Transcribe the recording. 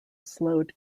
slowed